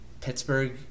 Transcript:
Pittsburgh